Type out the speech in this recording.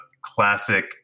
classic